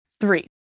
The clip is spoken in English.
Three